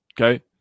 okay